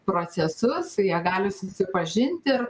procesus jie gali su sipažint ir